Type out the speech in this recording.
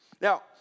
Now